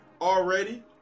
already